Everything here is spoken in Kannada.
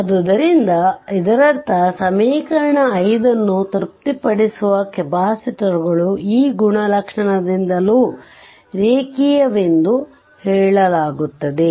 ಆದ್ದರಿಂದ ಇದರರ್ಥ ಸಮೀಕರಣ 5 ಅನ್ನು ತೃಪ್ತಿಪಡಿಸುವ ಕೆಪಾಸಿಟರ್ಗಳು ಈ ಗುಣಲಕ್ಷಣದಿಂದಲೂ ರೇಖೀಯವೆಂದು ಹೇಳಲಾಗುತ್ತದೆ